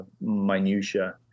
minutia